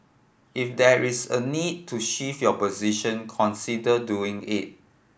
if there is a need to shift your position consider doing it